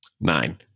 nine